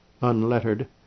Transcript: unlettered